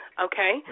Okay